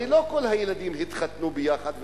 הרי לא כל הילדים התחתנו ביחד,